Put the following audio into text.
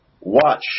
Watch